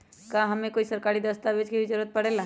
का हमे कोई सरकारी दस्तावेज के भी जरूरत परे ला?